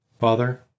Father